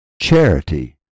Charity